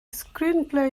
screenplay